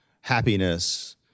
happiness